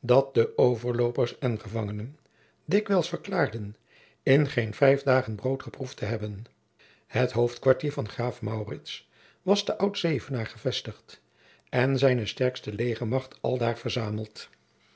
jacob van lennep de pleegzoon dat de overloopers en gevangenen dikwijls verklaarden in geen vijf dagen brood geproefd te hebben het hoofdkwartier van graaf maurits was te oud zevenaar gevestigd en zijne sterkste legermacht aldaar verzameld